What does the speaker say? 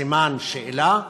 סימן שאלה,